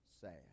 sad